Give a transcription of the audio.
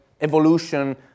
evolution